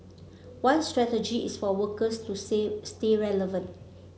one strategy is for workers to say stay relevant